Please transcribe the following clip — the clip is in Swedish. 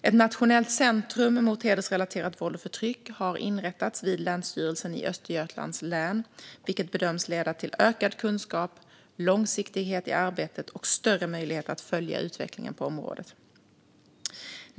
Ett nationellt centrum mot hedersrelaterat våld och förtryck har inrättats vid Länsstyrelsen i Östergötlands län, vilket bedöms leda till ökad kunskap, långsiktighet i arbetet och större möjligheter att följa utvecklingen på området.